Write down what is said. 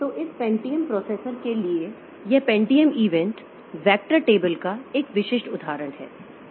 तो इस Pentium processor के लिए यह पेंटियम इवेंट वेक्टर टेबल का एक विशिष्ट उदाहरण है